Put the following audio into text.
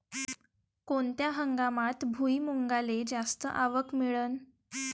कोनत्या हंगामात भुईमुंगाले जास्त आवक मिळन?